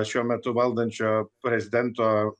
šiuo metu valdančio prezidento